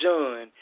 John